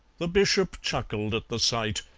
the bishop chuckled at the sight.